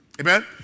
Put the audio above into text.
Amen